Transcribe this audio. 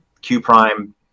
Q-Prime –